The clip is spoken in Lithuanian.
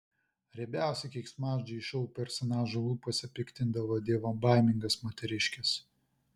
riebiausi keiksmažodžiai šou personažų lūpose piktindavo dievobaimingas moteriškes